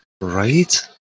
right